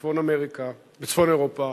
בצפון אירופה,